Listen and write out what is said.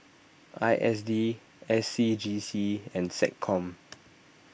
I S D S C G C and SecCom